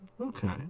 Okay